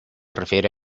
refiere